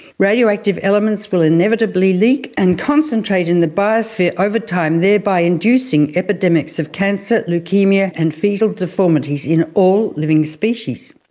radioactive elements will inevitably leak and concentrate in the biosphere over time, thereby inducing epidemics of cancer, leukaemia and foetal deformities in all living species.